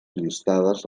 llistades